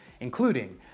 including